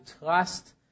trust